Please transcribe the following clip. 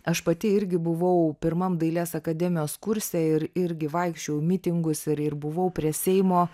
aš pati irgi buvau pirmam dailės akademijos kurse ir irgi vaikščiojau į mitingus ir ir buvau prie seimo